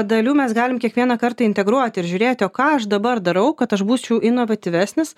dalių mes galim kiekvieną kartą integruoti ir žiūrėti o ką aš dabar darau kad aš būčiau inovatyvesnis